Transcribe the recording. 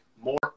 more